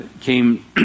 came